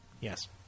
yes